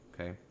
Okay